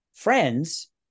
friends